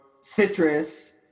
citrus